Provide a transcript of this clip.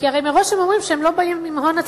כי הרי מראש הם אומרים שהם לא באים עם הון עצמי שלהם.